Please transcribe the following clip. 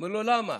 אומר לו: למה?